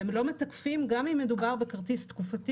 והם לא מתקפים גם אם מדובר בכרטיס תקופתי.